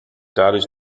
dadurch